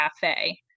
Cafe